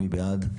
מי בעד?